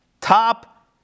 top